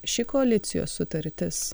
ši koalicijos sutartis